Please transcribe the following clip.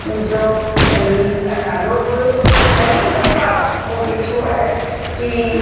मुंहिंजो ऐं नालो बि घणेई दफ़ा मूं ॾिठो आहे कि